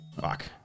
Fuck